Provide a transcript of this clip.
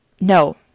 No